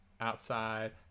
outside